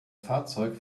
fahrzeug